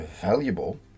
valuable